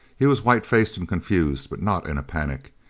he was white-faced and confused, but not in a panic.